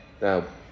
Now